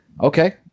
okay